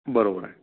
बरोबर आहे